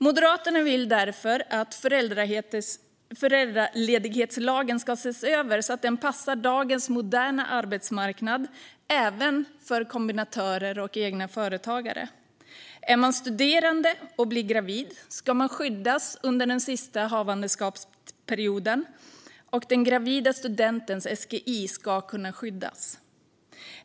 Moderaterna vill därför att föräldraledighetslagen ses över så att den passar dagens moderna arbetsmarknad, även kombinatörer och egna företagare. Är man studerande och blir gravid ska man skyddas under den sista havandeskapsperioden, och den gravida studentens SGI ska kunna skyddas.